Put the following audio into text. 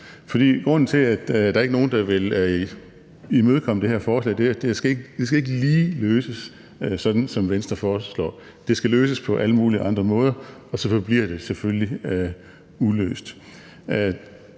grunden til, at der ikke er nogen, der vil imødekomme det her forslag, er, at det ikke lige skal løses sådan, som Venstre foreslår. Det skal løses på alle mulige andre måder, og så forbliver det selvfølgelig uløst.